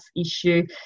issue